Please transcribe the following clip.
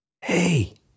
hey